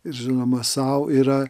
ir žinoma sau yra